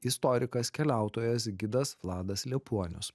istorikas keliautojas gidas vladas liepuonius